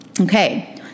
Okay